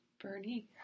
Bernie